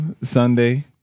Sunday